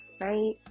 right